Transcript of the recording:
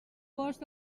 post